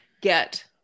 get